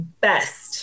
best